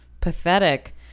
pathetic